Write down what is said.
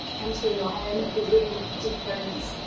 entering your home, every room would be different.